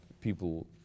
people